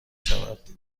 شود